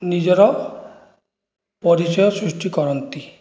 ନିଜର ପରିଚୟ ସୃଷ୍ଟି କରନ୍ତି